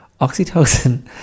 Oxytocin